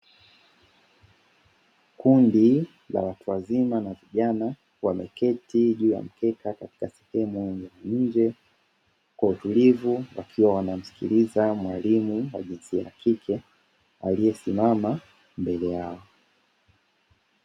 Kundi la watu wazima na vijana wameketi juu ya mkeka katika sehemu ya nje kwa utulivu, wakiwa wanamsikiliza mwalimu wa jinsi ya kike aliyesimama mbele yao.